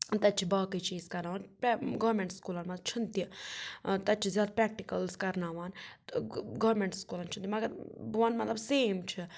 تَتہِ چھِ باقٕے چیٖز کَرناوان گورمٮ۪نٛٹ سکوٗلَن منٛز چھِنہٕ تہِ تَتہِ چھِ زیادٕ پرٛٮ۪کٹِکَلٕز کَرناوان تہٕ گورمٮ۪نٛٹ سکوٗلَن چھِنہٕ مگر بہٕ وَنہٕ مطلب سیم چھِ